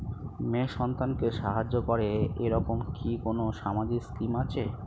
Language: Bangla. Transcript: মেয়ে সন্তানকে সাহায্য করে এরকম কি কোনো সামাজিক স্কিম আছে?